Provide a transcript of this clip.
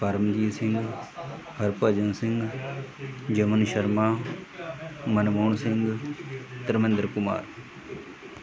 Paramjit Singh Harbhajan Singh Jaman Sharma Manmohan Singh Dharminder Kumar